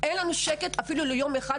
אין לנו שקט מהבניין אפילו יום אחד,